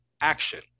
action